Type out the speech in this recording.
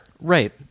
Right